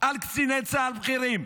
על קציני צה"ל בכירים.